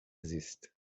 زیست